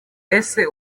ese